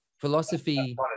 philosophy